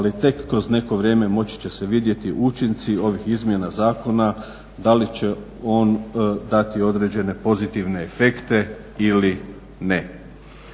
ali tek kroz neko vrijeme moći će se vidjeti učinci ovih izmjena zakona da li će on dati određene pozitivne efekte ili ne.